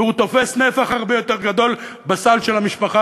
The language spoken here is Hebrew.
והוא תופס נפח הרבה יותר גדול בסל של המשפחה